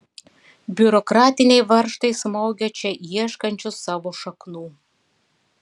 biurokratiniai varžtai smaugia čia ieškančius savo šaknų